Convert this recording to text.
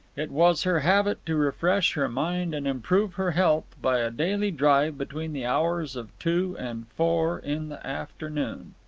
it was her habit to refresh her mind and improve her health by a daily drive between the hours of two and four in the afternoon.